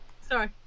Sorry